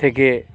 থেকে